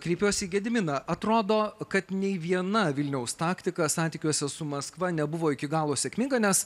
kreipiuosi į gediminą atrodo kad nei viena vilniaus taktika santykiuose su maskva nebuvo iki galo sėkminga nes